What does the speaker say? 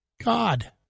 God